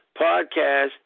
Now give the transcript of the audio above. podcast